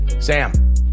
Sam